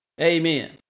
Amen